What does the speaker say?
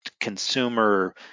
consumer